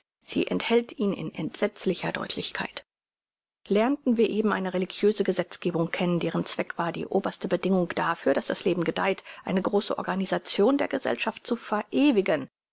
sie enthält ihn in entsetzlicher deutlichkeit lernten wir eben eine religiöse gesetzgebung kennen deren zweck war die oberste bedingung dafür daß das leben gedeiht eine große organisation der gesellschaft zu verewigen